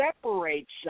separates